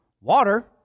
water